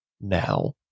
now